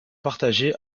partagées